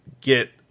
get